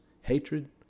hatred